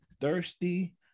thirsty